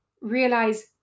realize